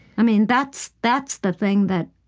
i mean, that's that's the thing that